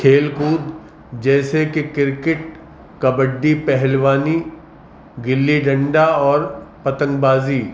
کھیل کود جیسے کہ کرکٹ کبڈی پہلوانی گلی ڈنڈا اور پتنگ بازی